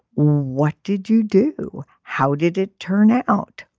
what did you do. how did it turn out.